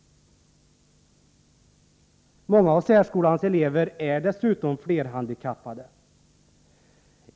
Många av särskolans elever är dessutom flerhandikappade.